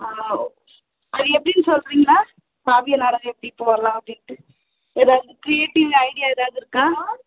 ஆ okay அது எப்படின்னு சொல்கிறிங்களா காவிய நாடகம் எப்படி போடலாம் அப்படின்ட்டு ஏதாவது க்ரியேட்டிவ் ஐடியா எதாவது இருக்கா